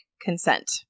consent